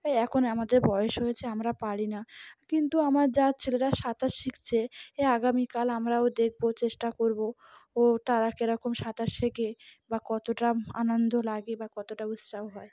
এই এখন আমাদের বয়স হয়েছে আমরা পারি না কিন্তু আমার যার ছেলেরা সাঁতার শিখছে এ আগামীকাল আমরা ও দেখবো চেষ্টা করবো ও তারা কেরকম সাঁতার শেখে বা কতটা আনন্দ লাগে বা কতটা উৎসাহ হয়